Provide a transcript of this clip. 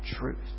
truth